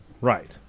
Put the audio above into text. right